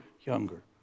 younger